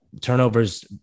turnovers